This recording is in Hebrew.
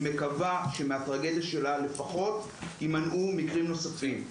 היא מקווה שמהטרגדיה שלה לפחות יימנעו מקרים נוספים.